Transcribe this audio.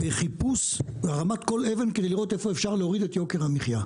בחיפוש הרמת כל אבן כדי לראות איפה אפשר להוריד את יוקר המחייה.